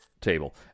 table